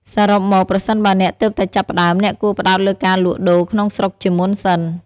សរុបមក ប្រសិនបើអ្នកទើបតែចាប់ផ្តើម អ្នកគួរផ្តោតលើការលក់ដូរក្នុងស្រុកជាមុនសិន។